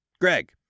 Greg